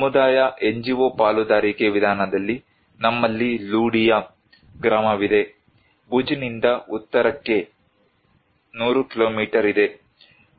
ಸಮುದಾಯ NGO ಪಾಲುದಾರಿಕೆ ವಿಧಾನದಲ್ಲಿ ನಮ್ಮಲ್ಲಿ ಲುಡಿಯಾ ಗ್ರಾಮವಿದೆ ಭುಜ್ನಿಂದ ಉತ್ತರಕ್ಕೆ 100 ಕಿಲೋಮೀಟರ್ ಇದೆ